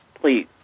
please